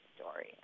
story